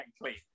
clean